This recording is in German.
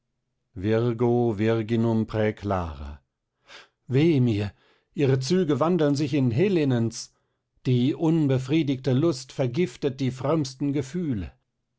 weh mir ihre züge wandeln sich in helenens die unbefriedigte lust vergiftet die frömmsten gefühle